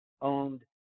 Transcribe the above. owned